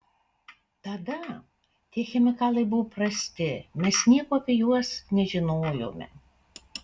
tada tie chemikalai buvo prasti mes nieko apie juos nežinojome